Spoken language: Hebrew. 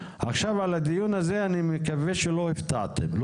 עכשיו אני על הדיון הזה אני מקווה שלא הופתעתם.